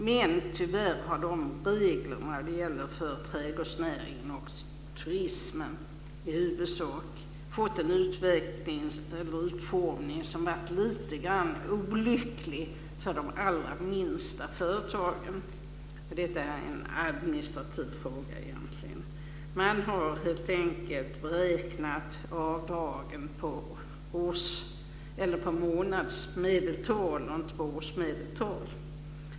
Men tyvärr har de här reglerna fått en lite olycklig utformning när det gäller de allra minsta företagen inom i huvudsak trädgårdsnäringen och turismen. Detta är egentligen en administrativ fråga. Man har helt enkelt beräknat avdragen på månadsmedeltal och inte på årsmedeltal.